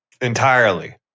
Entirely